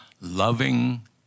loving